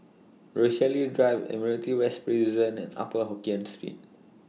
Rochalie Drive Admiralty West Prison and Upper Hokkien Street